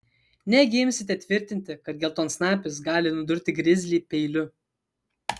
negi imsite tvirtinti kad geltonsnapis gali nudurti grizlį peiliu